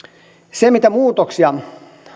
se mitä muutoksia